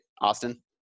austin